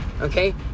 Okay